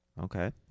Okay